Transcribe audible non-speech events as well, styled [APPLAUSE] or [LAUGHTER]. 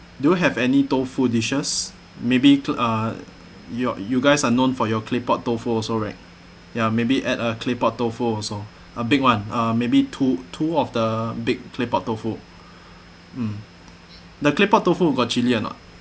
do you have any tofu dishes maybe to uh your you guys are known for your claypot tofu also right ya maybe add a claypot tofu also a big one uh maybe two two of the big claypot tofu [BREATH] mm the claypot tofu got chilli or not